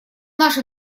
наша